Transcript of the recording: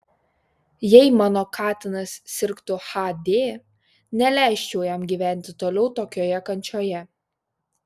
jei mano katinas sirgtų hd neleisčiau jam gyventi toliau tokioje kančioje